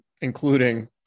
including